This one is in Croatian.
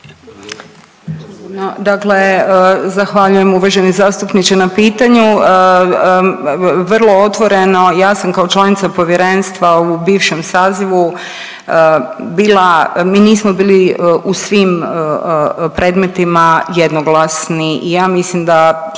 Dakle zahvaljujem uvaženi zastupniče na pitanju. Vrlo otvoreno ja sam kao članica povjerenstva u bivšem sazivu bila, mi nismo bili u svim predmetima jednoglasni i ja mislim da